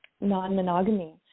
non-monogamy